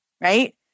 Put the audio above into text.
right